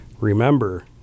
Remember